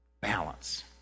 balance